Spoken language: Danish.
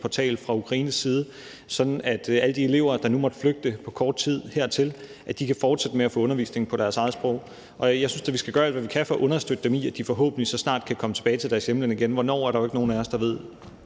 fra ukrainsk side, sådan at alle de elever, der nu måtte flygte hertil på kort tid, kan fortsætte med at få undervisning på deres eget sprog, og jeg synes da, at vi skal gøre alt, hvad vi kan, for at understøtte dem i, at de så forhåbentlig snart kan komme tilbage til deres hjemland igen. Hvornår er der jo ikke nogen af os der ved.